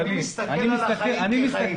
אני מסתכל על החיים כחיים.